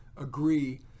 agree